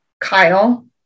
Kyle